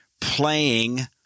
playing